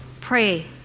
pray